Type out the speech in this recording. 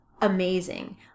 amazing